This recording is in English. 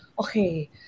okay